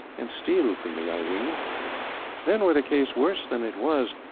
and steal from me, i ween then, were the case worse than it was,